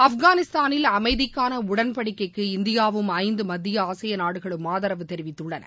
ஆப்கானிஸ்தானில் அமைதிக்கானஉடன்படிக்கைக்கு இந்தியாவும் ஐந்துமத்திய ஆசிய நாடுகளும் ஆதரவு தெரிவித்துள்ளன